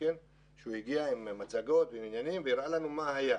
הוא הגיע עם מצגות והראה לנו מה היה.